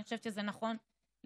אני חושבת שזה נכון לעברית,